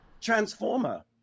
Transformer